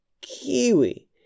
kiwi